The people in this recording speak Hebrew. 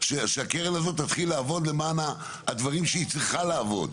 שהקרן הזאת תתחיל לעבוד למען הדברים שהיא צריכה לעבוד.